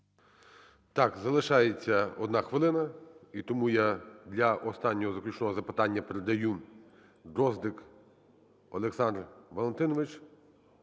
Так, залишається одна хвилина, і тому я для останнього, заключного запитання передаю…Дроздик Олександр Валентинович